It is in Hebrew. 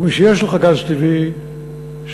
ומשיש לך גז טבעי שמצאת,